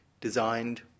designed